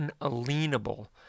unalienable